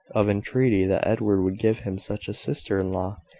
of intreaty that edward would give him such a sister-in-law,